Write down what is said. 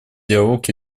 диалог